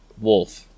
Wolf